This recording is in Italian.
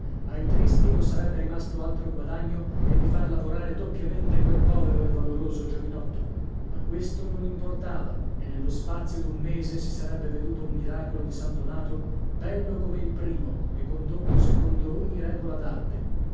ai tristi non sarebbe rimasto altro guadagno che di far lavorare doppiamente quel povero e valoroso giovinotto ma questo non importava e nello spazio d'un mese si sarebbe veduto un miracolo di san donato bello come il primo e condotto secondo ogni regola d'arte